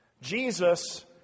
Jesus